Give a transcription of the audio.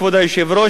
כבוד היושב-ראש,